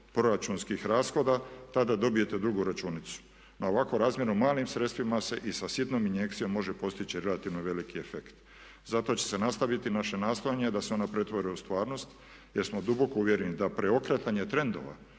proračunskih rashoda tada dobijete drugu računicu. Na ovako razmjeno malim sredstvima se i sa sitnom injekcijom može postići relativno veliki efekt zato će se nastaviti naše nastojanje da se ono pretvori u stvarnost jer smo duboko uvjereni da preokretanje trendova